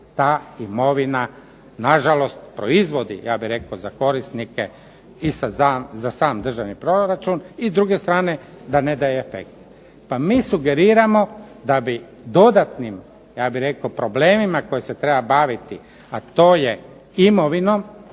ta imovina nažalost proizvodi ja bih rekao za korisnike i za sam državni proračun i s druge strane da ne daje efekt. Pa mi sugeriramo da bi dodatnim ja bih rekao problemima kojima se treba baviti, a to je imovinom